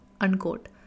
unquote